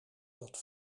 zat